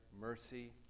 mercy